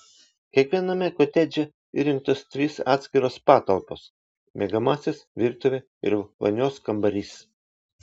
kiekviename kotedže įrengtos trys atskiros patalpos miegamasis virtuvė ir vonios kambarys